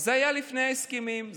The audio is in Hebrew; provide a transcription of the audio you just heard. זה היה לפני ההסכמים,